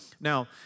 Now